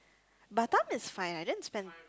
Batam is fine I didn't spend